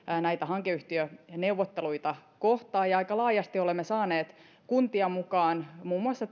näitä hankeyhtiöneuvotteluita kohtaan ja aika laajasti olemme saaneet kuntia mukaan muun muassa